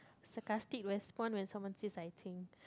sarcastic respond when someone says I think